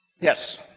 Yes